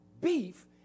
beef